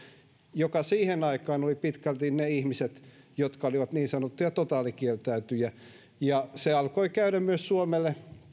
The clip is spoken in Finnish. joka siihen aikaan oli pitkälti ne ihmiset jotka olivat niin sanottuja totaalikieltäytyjiä ja käsittääkseni se alkoi myös käydä suomelle